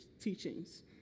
teachings